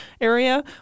area